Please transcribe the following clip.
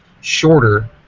shorter